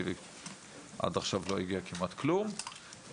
כי עד עכשיו לא הגיע כמעט כלום בעצם